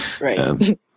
Right